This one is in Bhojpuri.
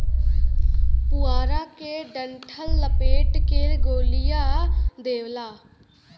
पुआरा के डंठल लपेट के गोलिया देवला